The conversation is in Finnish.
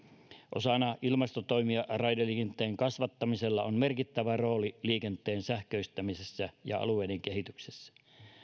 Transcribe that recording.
osana ilmastotoimia raideliikenteen kasvattamisella on merkittävä rooli liikenteen sähköistämisessä ja alueiden kehityksessä